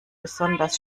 besonders